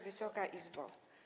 Wysoka Izbo!